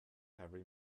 every